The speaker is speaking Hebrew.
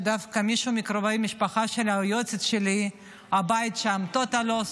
שדווקא הבית של מישהו מקרובי משפחה של היועצת שלי הוא טוטאל לוס.